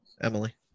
Emily